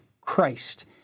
Christ